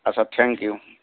আচ্ছা thank U